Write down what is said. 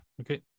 Okay